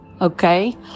okay